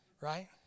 Right